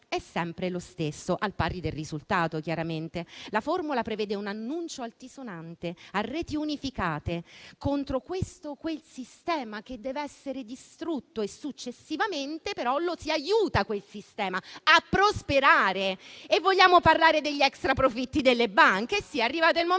è sempre lo stesso, al pari del risultato, chiaramente. La formula prevede un annuncio altisonante a reti unificate contro questo o quel sistema che deve essere distrutto e successivamente lo si aiuta a prosperare. Vogliamo parlare degli extraprofitti delle banche? È arrivato il momento